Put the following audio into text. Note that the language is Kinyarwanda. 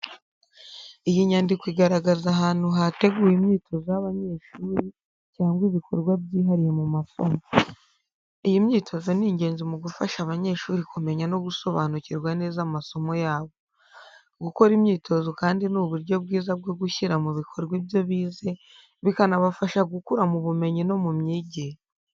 Iyi nyandiko igaragaza ahantu hateguwe imyitozo y’abanyeshuri cyangwa ibikorwa byihariye mu masomo. Iyi myitozo ni ingenzi mu gufasha abanyeshuri kumenya no gusobanukirwa neza amasomo yabo. Gukora imyitozo kandi ni uburyo bwiza bwo gushyira mu bikorwa ibyo bize, bikanabafasha gukura mu bumenyi no mu myigire.